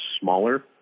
smaller